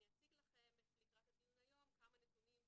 אני אציג לכם לקראת הדיון היום כמה נתונים מרכזיים,